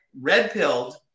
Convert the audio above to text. red-pilled